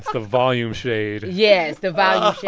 the volume shade yes, the volume